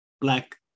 black